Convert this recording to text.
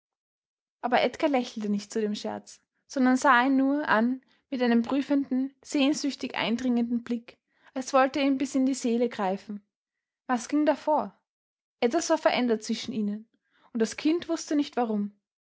aber edgar lächelte nicht zu dem scherz sondern sah ihn nur an mit einem prüfenden sehnsüchtig eindringenden blick als wollte er ihm bis in die seele greifen was ging da vor etwas war verändert zwischen ihnen und das kind wußte nicht warum